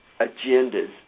agendas